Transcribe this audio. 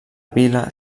vila